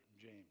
James